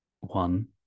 one